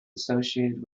associated